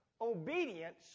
obedience